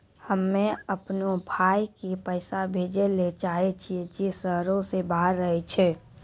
हम्मे अपनो भाय के पैसा भेजै ले चाहै छियै जे शहरो से बाहर रहै छै